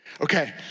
Okay